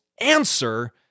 answer